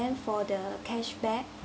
then for the cashback